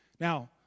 Now